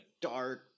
dark